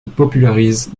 popularise